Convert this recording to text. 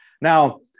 Now